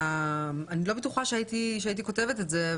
אני לא בטוחה שהייתי כותבת את זה.